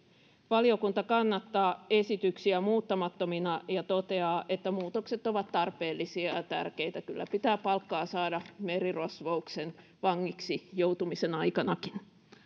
valiokunta kannattaa esityksiä muuttamattomina ja toteaa että muutokset ovat tarpeellisia ja tärkeitä kyllä pitää palkkaa saada merirosvouksen vangiksi joutumisen aikanakin